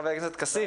חבר הכנסת כסיף,